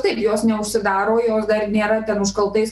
taip jos neužsidaro jos dar nėra ten užkaltais